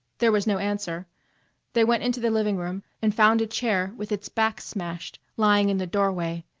there was no answer they went into the living room and found a chair with its back smashed lying in the doorway,